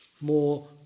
more